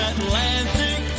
Atlantic